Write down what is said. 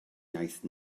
iaith